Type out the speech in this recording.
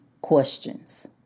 questions